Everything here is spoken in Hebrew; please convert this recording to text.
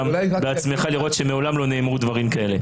בעצמך לראות שמעולם לא נאמרו דברים כאלה.